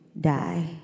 die